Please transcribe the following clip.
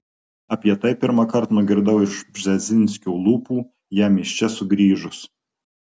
apie tai pirmąkart nugirdau iš brzezinskio lūpų jam iš čia sugrįžus